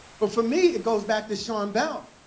but for me, it goes back to sean bell